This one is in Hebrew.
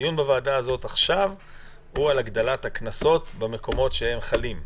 הדיון בוועדה הזאת עכשיו הוא על הגדלת הקנסות במקומות שהם חלים.